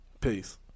Peace